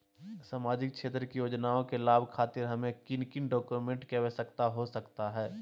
सामाजिक क्षेत्र की योजनाओं के लाभ खातिर हमें किन किन डॉक्यूमेंट की आवश्यकता हो सकता है?